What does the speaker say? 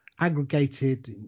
aggregated